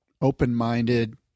open-minded